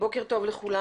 לכולם,